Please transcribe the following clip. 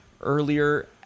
earlier